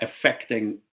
affecting